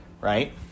right